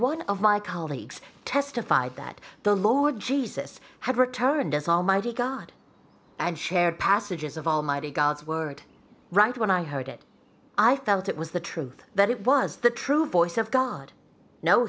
one of my colleagues testified that the lower jesus had returned as an almighty god and shared passages of almighty god's word right when i heard it i felt it was the truth that it was the true voice of god no